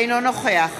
אינו נוכח